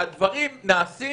שהדברים נעשים